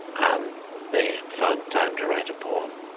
and they found time to write a poem.